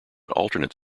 alternate